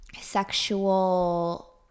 sexual